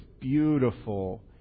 beautiful